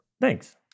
Thanks